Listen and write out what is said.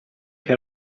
che